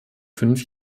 fünf